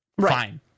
Fine